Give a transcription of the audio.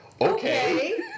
okay